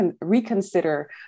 reconsider